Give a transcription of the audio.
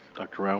dr. rao.